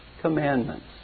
commandments